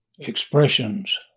Expressions